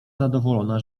zadowolona